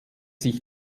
sich